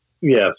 yes